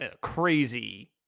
crazy